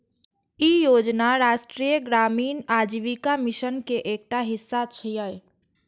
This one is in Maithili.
ई योजना राष्ट्रीय ग्रामीण आजीविका मिशन के एकटा हिस्सा छियै